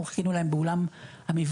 אנחנו חיכינו להם באולם המפגש,